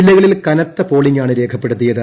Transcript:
ജില്ലകളിൽ കനത്ത പോളിംഗാണ് രേഖപ്പെടുത്തിയത്